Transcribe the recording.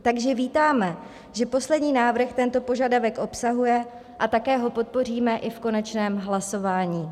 Takže vítáme, že poslední návrh tento požadavek obsahuje, a také ho podpoříme i v konečném hlasování.